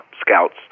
scouts